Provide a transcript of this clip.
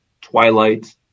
twilight